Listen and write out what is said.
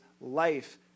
life